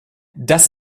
das